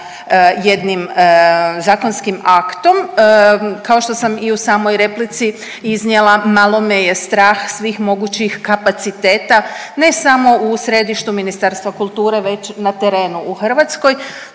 jednim zakonskim aktom. Kao što sam i u samoj replici iznijela malo me je strah svih mogućih kapaciteta ne samo u središtu Ministarstva kulture već na terenu u Hrvatskoj,